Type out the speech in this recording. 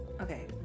Okay